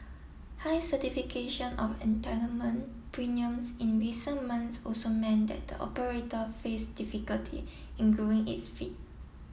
high certification of entitlement premiums in recent month also meant that the operator face difficulty in growing its feet